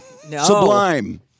Sublime